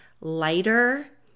lighter